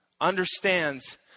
understands